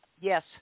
yes